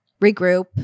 regroup